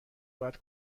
باید